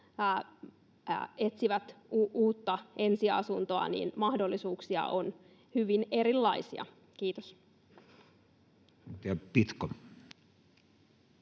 etsivät ensiasuntoa, niin mahdollisuuksia on hyvin erilaisia. — Kiitos.